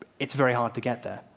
ah it's very hard to get there.